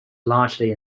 largely